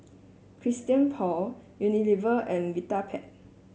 Christian Paul Unilever and Vitapet